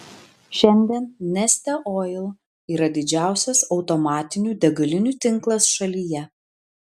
šiandien neste oil yra didžiausias automatinių degalinių tinklas šalyje